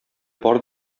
бар